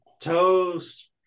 Toast